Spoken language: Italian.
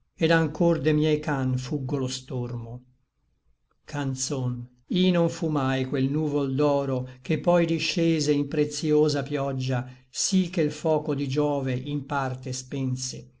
et anchor de miei can fuggo lo stormo canzon i non fu mai quel nuvol d'oro che poi discese in pretïosa pioggia sí che l foco di giove in parte spense